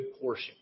portion